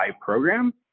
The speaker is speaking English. program